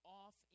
off